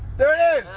there it